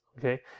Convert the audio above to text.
Okay